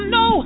no